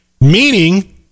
meaning